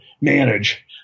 manage